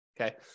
Okay